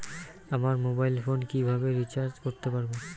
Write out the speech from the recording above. আমার mobile phone কিভাবে recharge করতে পারব?